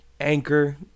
anchor